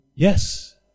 Yes